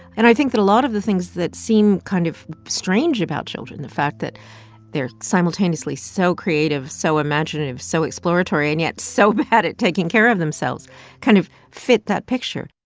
and i think that a lot of the things that seem kind of strange about children the fact that they're simultaneously so creative, so imaginative, so exploratory and yet so bad at taking care of themselves kind of fit that picture